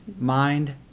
mind